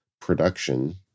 production